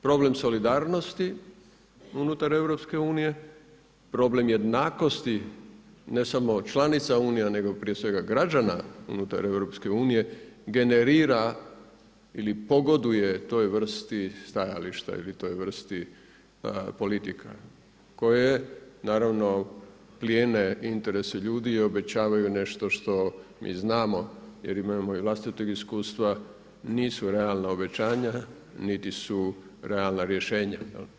Problem solidarnosti unutar EU, problem jednakosti ne samo članica Unije nego prije svega građana unutar EU generira ili pogoduje toj vrsti stajališta ili toj vrsti politika, koje naravno plijene interese ljudi i obećavaju nešto što mi znamo jer imamo vlastitog iskustva, nisu realna obećanja, niti su realna rješenja.